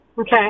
Okay